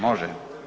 Može?